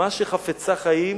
שאומה שחפצה חיים